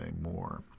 more